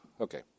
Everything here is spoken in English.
Okay